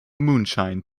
moonshine